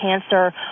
cancer